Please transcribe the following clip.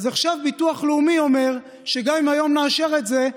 אז עכשיו ביטוח לאומי אומר שגם אם היום נאשר את זה,